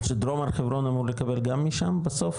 זאת אומרת שדרום הר חברון אמור לקבל גם משם בסוף,